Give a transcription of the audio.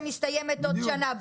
שמסתיימת עוד שנה.